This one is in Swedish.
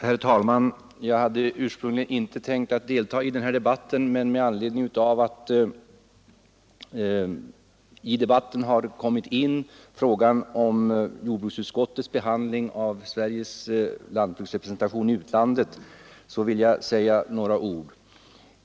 Herr talman! Jag hade ursprungligen inte tänkt delta i denna debatt, men jag vill säga några ord med anledning av att man i diskussionen har tagit upp frågan om jordbruksutskottets behandling av Sveriges lantbruksrepresentation i utlandet.